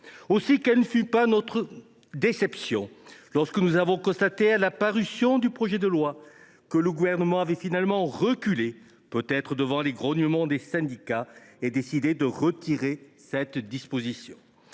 Aussi, quelle ne fut pas notre déception lorsque nous avons constaté à la parution du projet de loi que le Gouvernement avait finalement reculé, peut être devant les grognements des syndicats, et décidé de retirer cette disposition.